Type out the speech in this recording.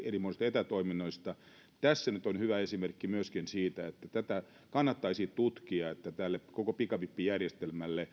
erimoisista etätoiminnoista myöskin tässä nyt on hyvä esimerkki siitä että tätä kannattaisi tutkia tätä koko pikavippijärjestelmää